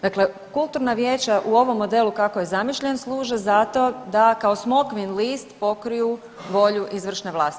Dakle, kulturna vijeća u ovom modelu kako je zamišljen služe zato da kao smokvin list pokriju volju izvršne vlasti.